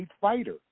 fighter